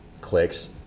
clicks